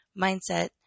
mindset